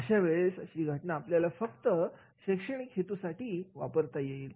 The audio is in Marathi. अशा वेळेस अशी घटना आपल्याला फक्त शैक्षणिक हेतूसाठी वापरता येईल